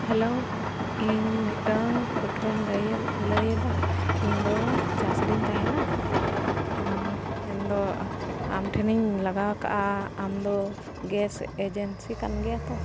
hello ᱤᱧ ᱢᱤᱫᱴᱟᱝ ᱯᱟᱹᱴᱷᱩᱭᱟᱹᱧ ᱞᱟᱹᱭ ᱞᱟᱹᱭᱮᱫᱟ ᱤᱧ ᱫᱚ ᱪᱟᱥ ᱨᱤᱧ ᱛᱟᱦᱮᱱᱟ ᱢᱮᱱᱫᱚ ᱟᱢ ᱴᱷᱮᱱᱤᱧ ᱞᱟᱜᱟᱣ ᱠᱟᱜᱼᱟ ᱟᱢ ᱫᱚ ᱜᱮᱥ ᱮᱡᱮᱱᱥᱤ ᱠᱟᱱ ᱜᱮᱭᱟ ᱛᱚᱢ